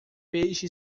peixe